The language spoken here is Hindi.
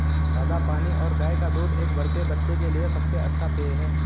सादा पानी और गाय का दूध एक बढ़ते बच्चे के लिए सबसे अच्छा पेय हैं